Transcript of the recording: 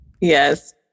Yes